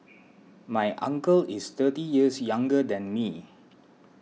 my uncle is thirty years younger than me